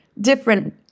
different